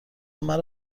مرا